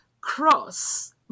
cross